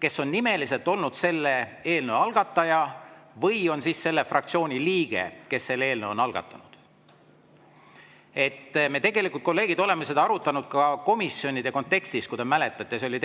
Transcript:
kes on nimeliselt selle eelnõu algataja või on selle fraktsiooni liige, kes eelnõu on algatanud. Me tegelikult, kolleegid, oleme seda arutanud ka komisjonide kontekstis, kui te mäletate. See oli